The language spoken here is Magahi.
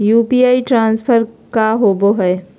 यू.पी.आई ट्रांसफर का होव हई?